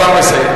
הוא כבר מסיים.